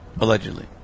Allegedly